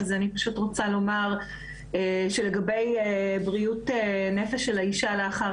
אז אני פשוט רוצה לומר שלגבי בריאות הנפש של האישה לאחר